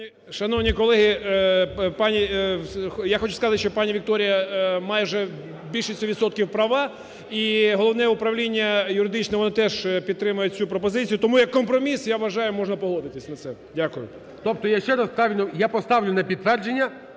Шановні колеги, пані… Я хочу сказати, що пані Вікторія майже більшістю відсотків права. І Головне управління юридичного теж підтримує цю пропозицію. Тому як компроміс, я вважаю, можна погодитись на це. Дякую. ГОЛОВУЮЧИЙ. Тобто я ще раз… Я поставлю на підтвердження,